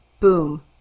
Boom